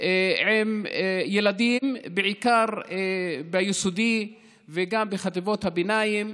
עם ילדים, בעיקר ביסודי וגם בחטיבות הביניים.